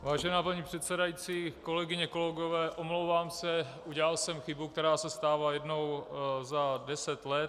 Vážená paní předsedající, kolegyně, kolegové, omlouvám se, udělal jsem chybu, která se stává jednou za deset let.